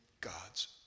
God's